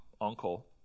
uncle